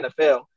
NFL